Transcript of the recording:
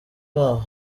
babo